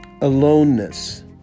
aloneness